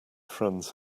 friends